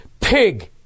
pig